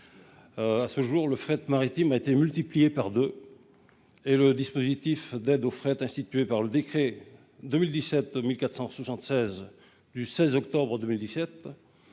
Le fret maritime a été multiplié par deux et le dispositif d'aide au fret institué par le décret n° 2017-1476 du 16 octobre 2017